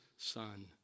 son